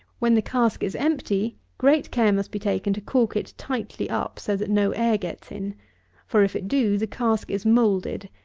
when the cask is empty, great care must be taken to cork it tightly up, so that no air get in for, if it do, the cask is moulded,